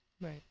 Right